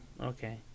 Okay